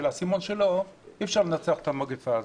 של האסימון שלו, אי-אפשר לנצח את המגפה הזאת.